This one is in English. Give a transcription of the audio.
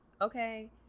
okay